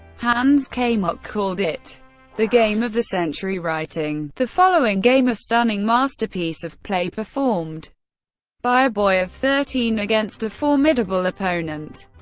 hans kmoch called it the game of the century, writing the following game, a stunning masterpiece of play performed by a boy of thirteen against a formidable opponent,